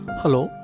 Hello